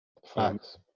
Facts